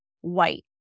white